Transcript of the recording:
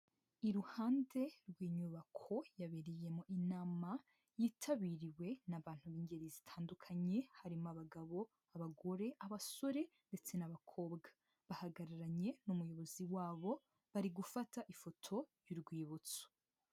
Iruhande rw'inyubako yabereyemo inama yitabiriwe n'abantu b'ingeri zitandukanye harimo abagabo, abagore, abasore ndetse n'abakobwa, bahagararanye n'umuyobozi wabo bari gufata ifoto y'urwibutso.